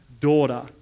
daughter